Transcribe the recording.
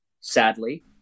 Sadly